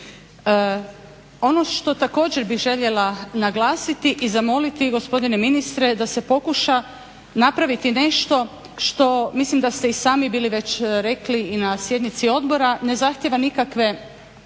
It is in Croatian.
Ono što također bih željela naglasiti i zamoliti gospodine ministre, da se pokuša napraviti nešto što mislim da ste i sami bili već rekli i na sjednici odbora, ne zahtijeva nikakve